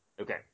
okay